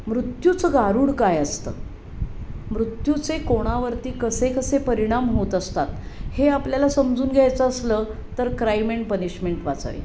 मृत्यूचं गारुड काय असतं मृत्यूचे कोणावरती कसे कसे परिणाम होत असतात हे आपल्याला समजून घ्यायचं असलं तर क्राइम अँड पनिशमेंट वाचावी